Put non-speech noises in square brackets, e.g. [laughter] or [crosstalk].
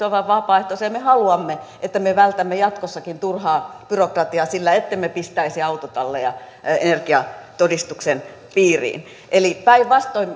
[unintelligible] ovat vapaaehtoisia ja me haluamme että me vältämme jatkossakin turhaa byrokratiaa sillä ettemme pistäisi autotalleja energiatodistuksen piiriin eli päinvastoin [unintelligible]